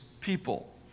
people